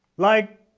like,